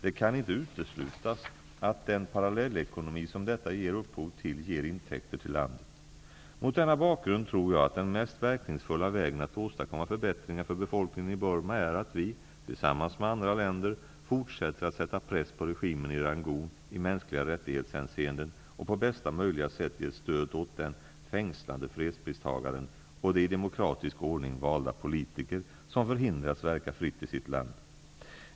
Det kan inte uteslutas att den parallellekonomi som detta ger upphov till ger intäkter till landet. Mot denna bakgrund tror jag att den mest verkningsfulla vägen att åstadkomma förbättringar för befolkningen i Burma är att vi -- tillsammans med andra länder -- fortsätter att sätta press på regimen i Rangoon i mänskliga rättighetshänseenden och på bästa möjliga sätt ger stöd åt den fängslade fredspristagaren och de i demokratisk ordning valda politiker som förhindras verka fritt i sitt land.